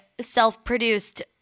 self-produced